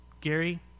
Gary